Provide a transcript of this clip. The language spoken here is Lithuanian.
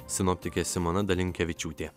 sinoptikė simona dalinkevičiūtė